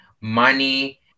money